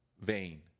vain